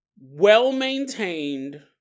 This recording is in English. well-maintained